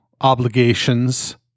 obligations